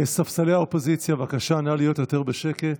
ספסלי האופוזיציה, בבקשה, נא להיות יותר בשקט.